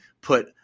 put